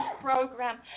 program